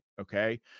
okay